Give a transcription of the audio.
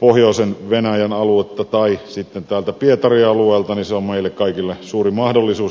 pohjoisen venäjän alueesta tai sitten pietari alueesta on meille kaikille suuri mahdollisuus